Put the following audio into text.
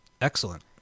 Excellent